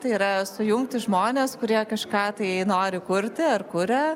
tai yra sujungti žmones kurie kažką tai nori kurti ar kuria